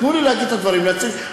תנו לי להגיד את הדברים, להציג.